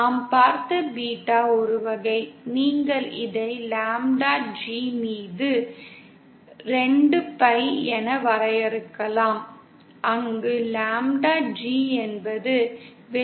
நாம் பார்த்த பீட்டா ஒரு வகை நீங்கள் இதை லாம்ப்டா G மீது 2 பை என வரையறுக்கலாம் அங்கு லாம்ப்டா G என்பது வெளிப்படையான அலைநீளம்